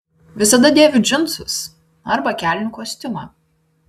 visada dėviu džinsus arba kelnių kostiumą